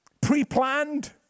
pre-planned